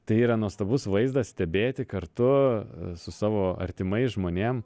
tai yra nuostabus vaizdas stebėti kartu su savo artimais žmonėm